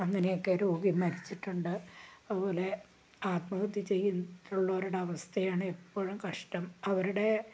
അങ്ങനെയൊക്കെ രോഗി മരിച്ചിട്ടുണ്ട് അതുപോലെ ആത്മഹത്യ ചെയ്തിട്ടുള്ളവരുടെ അവസ്ഥയാണ് എപ്പോഴും കഷ്ടം അവരുടെ